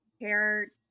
hair